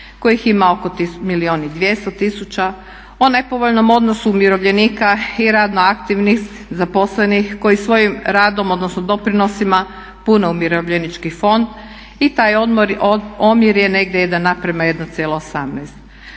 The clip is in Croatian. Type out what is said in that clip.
kojih ima oko milijun i 200 tisuća, o nepovoljnom odnosu umirovljenika i radno aktivnih, zaposlenih koji svojim radom odnosno doprinosima pune umirovljenički fond i taj omjer je negdje 1